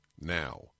now